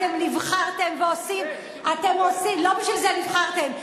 אתם נבחרתם, ועושים, לא בשביל זה נבחרתם.